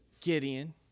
Gideon